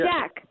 Jack